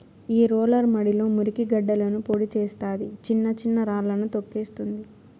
ఈ రోలర్ మడిలో మురికి గడ్డలను పొడి చేస్తాది, చిన్న చిన్న రాళ్ళను తోక్కేస్తుంది